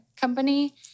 company